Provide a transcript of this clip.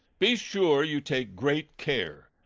be sure you take great care,